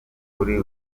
kuri